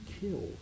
kill